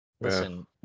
Listen